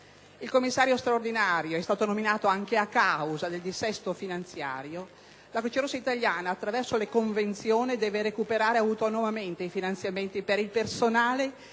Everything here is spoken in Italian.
Il commissario straordinario è stato nominato anche a causa del dissesto finanziario. La Croce Rossa italiana, attraverso le convenzioni, deve recuperare autonomamente i finanziamenti per il personale